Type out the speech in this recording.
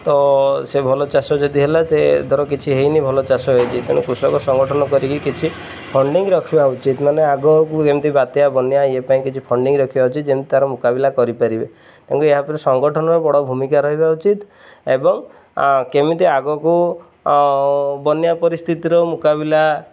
ତ ସେ ଭଲ ଚାଷ ଯଦି ହେଲା ସେ ଧର କିଛି ହେଇନି ଭଲ ଚାଷ ହେଇଛି ତେଣୁ କୃଷକ ସଂଗଠନ କରିକି କିଛି ଫଣ୍ଡିଙ୍ଗ୍ ରଖିବା ଉଚିତ୍ ମାନେ ଆଗକୁ ଏମିତି ବାତ୍ୟା ବନ୍ୟା ଇଏ ପାଇଁ କିଛି ଫଣ୍ଡିଙ୍ଗ୍ ରଖିବା ଉଚିତ୍ ଯେମିତି ତାର ମୁକାବିଲା କରିପାରିବେ ତେଣୁ ଏହାପରେ ସଂଗଠନର ବଡ଼ ଭୂମିକା ରହିବା ଉଚିତ୍ ଏବଂ କେମିତି ଆଗକୁ ବନ୍ୟା ପରିସ୍ଥିତିର ମୁକାବିଲା